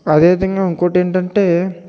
అదేవిధంగా ఇంకోటి ఏంటంటే